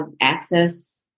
access